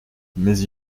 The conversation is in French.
mais